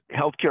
Healthcare